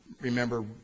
remember